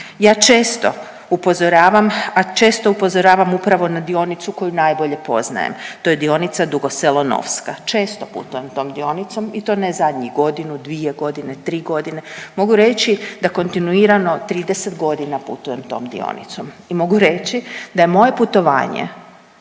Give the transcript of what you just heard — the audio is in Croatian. će biti s drugima, a često upozoravam upravo na dionicu koju najbolje poznajem, to je dionica Dugo Selo-Novska. Često putujem tom dionicom i to ne zadnjih godinu, dvije godine, tri godine, mogu reći da kontinuirano 30 godina putujem tom dionicom i mogu reći je moje putovanje